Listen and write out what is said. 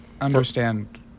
understand